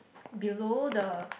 below the